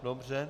Dobře.